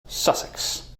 sussex